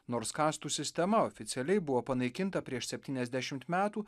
nors kastų sistema oficialiai buvo panaikinta prieš septyniasdešimt metų